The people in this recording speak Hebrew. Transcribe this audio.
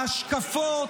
ההשקפות,